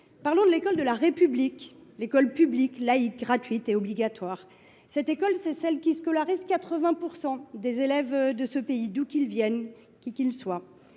Parlons de l’école de la République, l’école publique, laïque, gratuite et obligatoire. Cette école, c’est celle qui scolarise 80 % des élèves de ce pays, d’où qu’ils viennent. C’est vers elle